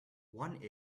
one